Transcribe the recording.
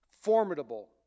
formidable